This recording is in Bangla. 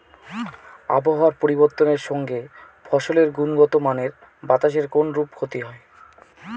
আবহাওয়ার পরিবর্তনের সঙ্গে ফসলের গুণগতমানের বাতাসের কোনরূপ ক্ষতি হয়?